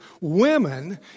women